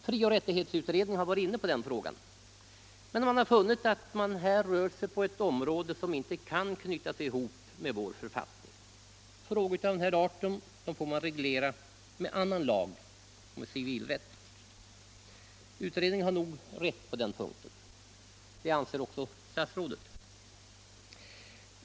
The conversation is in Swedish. Frioch rättighetsutredningen har varit inne på den frågan men funnit att man här rör sig på ett område som inte kan knytas ihop med vår författning. Frågor av denna art får regleras med annan lag och civilrätt. Utredningen har nog rätt på den punkten. Det anser också statsrådet.